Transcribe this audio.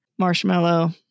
Marshmallow